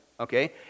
Okay